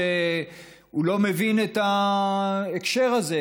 שהוא לא מבין את ההקשר הזה,